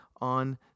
on